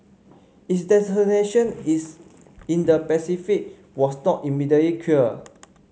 its destination is in the Pacific was not immediately clear